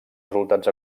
resultats